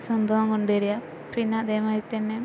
സംഭവം കൊണ്ടുവരിക പിന്നെ അതേമാതിരി തന്നെ